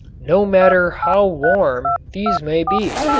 no matter how warm these may be.